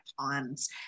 times